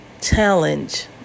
challenge